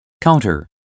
counter